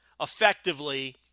effectively